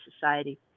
society